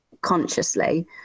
consciously